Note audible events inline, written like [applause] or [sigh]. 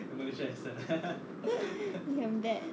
[laughs] 你很 bad